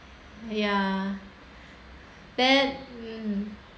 ya that